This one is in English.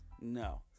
No